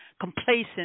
complacent